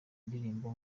ndirimbo